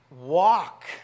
walk